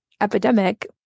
epidemic